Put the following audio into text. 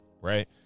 right